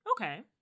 okay